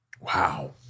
wow